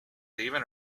even